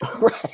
Right